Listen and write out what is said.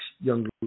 young